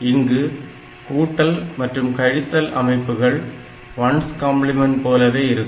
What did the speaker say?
இங்கும் கூட்டல் மற்றும் கழித்தல் அமைப்புகள் 1's கம்பிளிமெண்ட் போலவே இருக்கும்